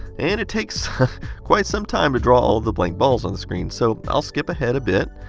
and it takes quite some time to draw all of the blank balls on the screen, so i'll skip ahead a bit.